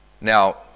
Now